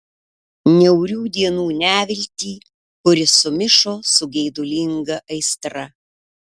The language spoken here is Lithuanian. niaurių dienų neviltį kuri sumišo su geidulinga aistra